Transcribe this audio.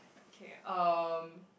okay um